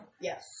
yes